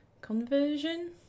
conversion